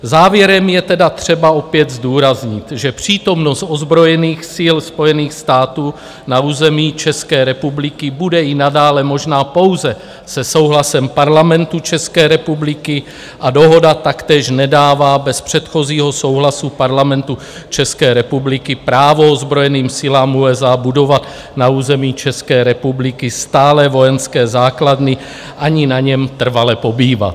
Závěrem je tedy třeba opět zdůraznit, že přítomnost ozbrojených sil Spojených států na území České republiky bude i nadále možná pouze se souhlasem Parlamentu České republiky, a dohoda taktéž nedává bez předchozího souhlasu Parlamentu České republiky právo ozbrojeným silám USA budovat na území České republiky stálé vojenské základny ani na něm trvale pobývat.